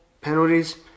penalties